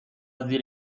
زیر